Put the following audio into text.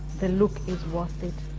the look is worth it.